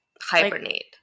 hibernate